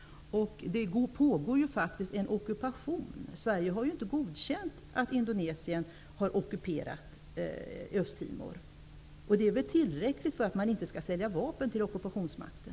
Det pågår faktiskt en ockupation. Sverige har ju inte godkänt att Indonesien har ockuperat Östtimor. Detta är ett tillräckligt skäl för att man inte skall sälja vapen till ockupationsmakten.